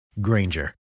Granger